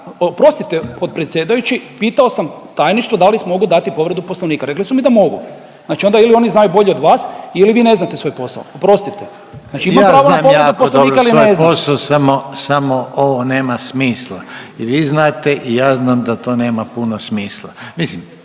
oprostite potpredsjedajući pitao sam Tajništvo da li mogu dati povredu Poslovnika, rekli su mi da mogu. Znači ili onda oni znaju bolje od vas ili vi ne znate svoj posao. Oprostite. Znači imam pravo na povredu Poslovnika ili ne znam. **Reiner, Željko (HDZ)** …/Upadica Željko Reiner: Ja znam jako dobro svoj posao samo, samo ovo nema smisla. I vi znate i ja znam da to nema puno smisla.